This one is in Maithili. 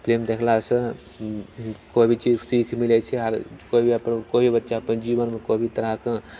फिलिम देखलासँ कोइ भी चीज सीख भी लैत छै आर केओ भी केओ भी बच्चा अपन जीबनमे कोइ भी तरहके